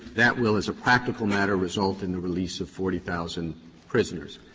that will as a practical matter result in the release of forty thousand prisoners.